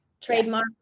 trademark